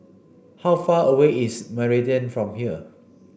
how far away is Meridian from here